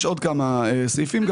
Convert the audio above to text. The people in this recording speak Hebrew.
יש עוד כמה סעיפים.